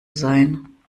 sein